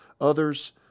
others